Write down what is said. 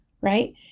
right